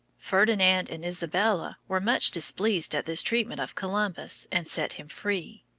ferdinand and isabella were much displeased at this treatment of columbus, and set him free.